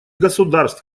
государств